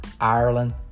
Ireland